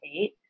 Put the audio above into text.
eight